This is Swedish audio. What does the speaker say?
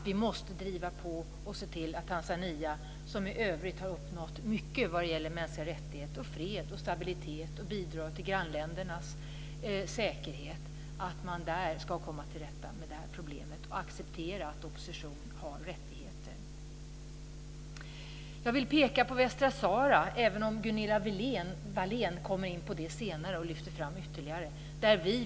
Vi måste driva på och se till att man i Tanzania, där man i övrigt har uppnått mycket när det gäller mänskliga rättigheter, fred, stabilitet och bidrag till grannländernas säkerhet, ska komma till rätta med problemen och acceptera att oppositionen har rättigheter. Jag vill också peka på västra Sahara, även om Gunilla Wallén kommer in på det senare och lyfter fram ytterligare frågor.